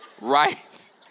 right